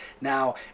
Now